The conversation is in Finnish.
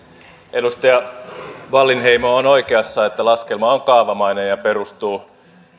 edustaja wallinheimo on oikeassa että laskelma on kaavamainen ja perustuu